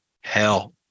hell